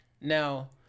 Now